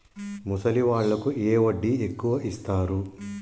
ముసలి వాళ్ళకు ఏ వడ్డీ ఎక్కువ ఇస్తారు?